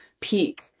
peak